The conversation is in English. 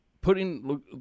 putting